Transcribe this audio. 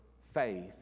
faith